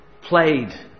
played